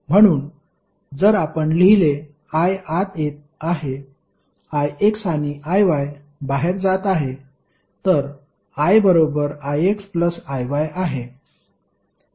म्हणून जर आपण लिहिले I आत येत आहे Ix आणि Iy बाहेर जात आहे तर I बरोबर Ix Iy आहे